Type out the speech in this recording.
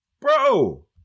Bro